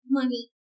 money